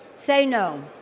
say no